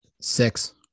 six